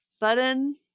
button